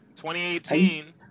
2018